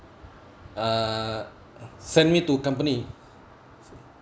uh send me to company